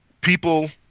People